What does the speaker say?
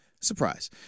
Surprise